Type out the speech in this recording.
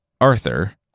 Arthur